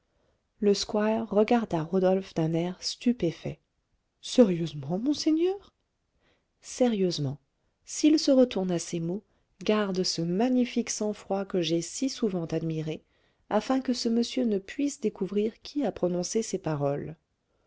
le squire regarda rodolphe d'un air stupéfait sérieusement monseigneur sérieusement s'il se retourne à ces mots garde ce magnifique sang-froid que j'ai si souvent admiré afin que ce monsieur ne puisse découvrir qui a prononcé ces paroles